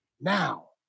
Now